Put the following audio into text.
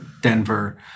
Denver